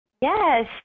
Yes